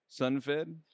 sunfed